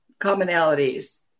commonalities